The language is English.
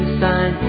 sign